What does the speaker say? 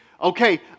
okay